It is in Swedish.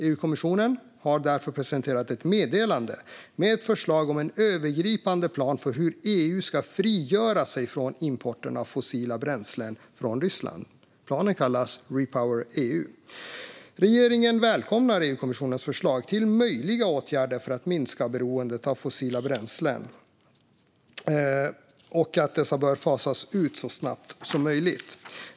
EU-kommissionen har därför presenterat ett meddelande med förslag om en övergripande plan för hur EU ska frigöra sig från importen av fossila bränslen från Ryssland. Planen kallas REPowerEU. Regeringen välkomnar EU-kommissionens förslag till möjliga åtgärder för att minska beroendet av fossila bränslen och anser att det bör fasas ut så snabbt som möjligt.